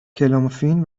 کلومفین